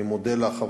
אני מודה לך,